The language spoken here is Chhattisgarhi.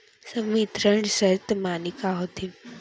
संवितरण शर्त माने का होथे?